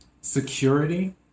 security